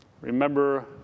Remember